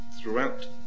throughout